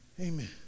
Amen